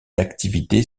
d’activité